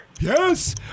yes